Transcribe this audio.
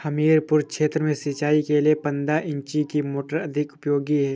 हमीरपुर क्षेत्र में सिंचाई के लिए पंद्रह इंची की मोटर अधिक उपयोगी है?